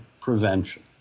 prevention